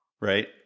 right